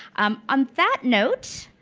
um on that note,